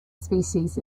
species